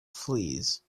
fleas